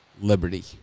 Liberty